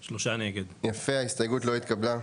3 נמנעים, 0 ההסתייגות לא התקבלה.